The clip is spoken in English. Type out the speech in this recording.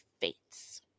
fates